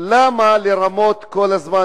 למה לרמות כל הזמן?